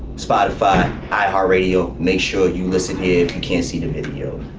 spotify, i hear radio. make sure you listen here. you can see the video.